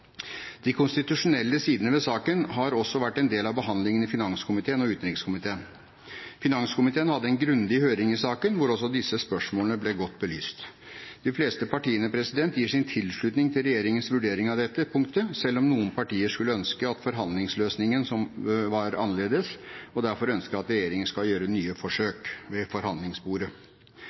De konstitusjonelle sidene ved saken har også vært en del av behandlingen i finanskomiteen og utenrikskomiteen. Finanskomiteen hadde en grundig høring i saken, hvor også disse spørsmålene ble godt belyst. De fleste partiene gir sin tilslutning til regjeringens vurdering av dette punktet, selv om noen partier skulle ønske at forhandlingsløsningen var annerledes, og derfor ønsker at regjeringen skal gjøre nye forsøk ved forhandlingsbordet.